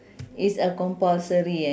it's a compulsory eh